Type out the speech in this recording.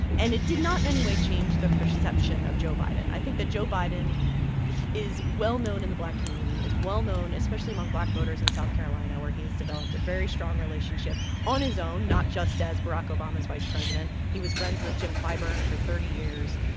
and it did not in any way change the perception of joe biden. i think that joe biden is well-known in the black community, is well-known especially among black voters in south carolina, where he has developed a very strong relationship on his own not just as barack obama's vice president. he was friends with jim clyburn for thirty years.